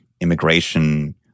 immigration